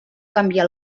canviar